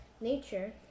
nature